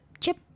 chip